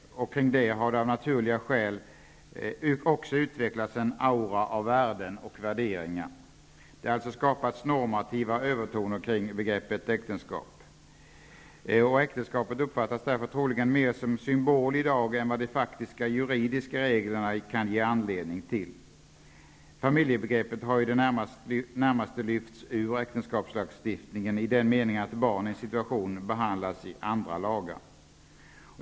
Kring det har det av naturliga skäl också utvecklats en aura av värden och värderingar. Det har skapats normativa övertoner kring begreppet äktenskap. Äktenskapet uppfattas därför troligen mer som symbol i dag än vad de faktiska juridiska reglerna kan ge anledning till. Familjebegreppet har ju i det närmaste lyfts ur äktenskapslagstiftningen i den meningen att barnens situation behandlas i andra lagar.